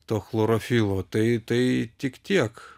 to chlorofilo tai tai tik tiek